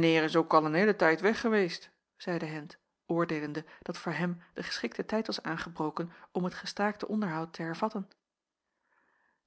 is ook al een heelen tijd weg geweest zeide hendt oordeelende dat voor hem de geschikte tijd was aangebroken om het gestaakte onderhoud te hervatten